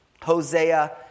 Hosea